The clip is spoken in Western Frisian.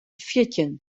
fjirtjin